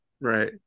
Right